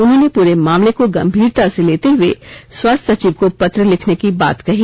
उन्होंने पूरे मामले को गंभीरता से लेते हुए स्वास्थ्य सचिव को पत्र लिखने की बात कही